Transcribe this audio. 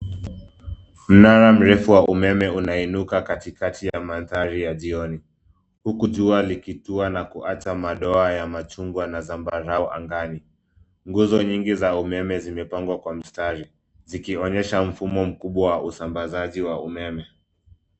Mnara mrefu wa umeme unainuka katikati ya mandhari ya jioni huku jua likitua na kuacha madoa ya machungwa na zambarau angani. Nguzo nyingi za umeme zimepangwa kwa mstari zikionyesha mfumo mkubwa wa usambazaji wa umeme.